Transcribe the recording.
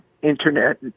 internet